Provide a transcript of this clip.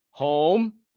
Home